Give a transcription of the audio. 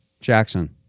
Jackson